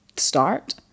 start